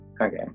okay